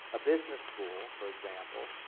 a business school, for example,